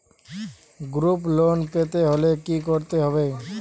Group loan পেতে হলে কি করতে হবে?